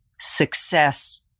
success